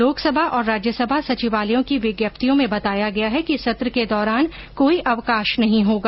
लोकसभा और राज्यसभा सचिवालयों की विज्ञप्तियों में बताया गया है कि सत्र के दौरान कोई अवकाश नहीं होगा